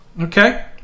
Okay